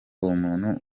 umuntu